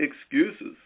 excuses